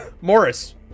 Morris